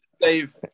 Dave